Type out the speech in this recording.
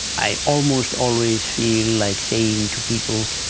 i almost always feel like saying to people,